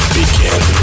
begin